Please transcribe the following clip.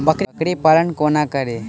बकरी पालन कोना करि?